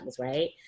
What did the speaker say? right